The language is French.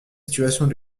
situations